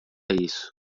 isso